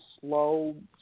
slow